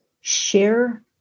Share